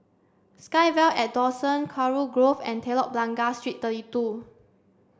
SkyVille at Dawson Kurau Grove and Telok Blangah Street thirty two